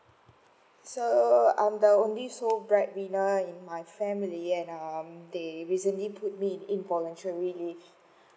so I am the only sole bread winner in my family and um they recently put me in voluntary leave